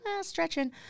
stretching